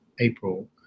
April